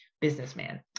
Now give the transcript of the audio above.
businessman